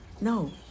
no